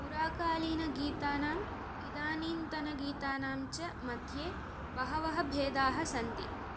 पुराकालीनगीतानाम् इदानीन्तनगीतानां च मध्ये बहवः भेदाः सन्ति